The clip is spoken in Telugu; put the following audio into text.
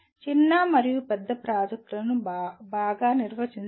చిన్న మరియు పెద్ద ప్రాజెక్టులను బాగా నిర్వచించండి